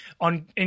on